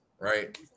right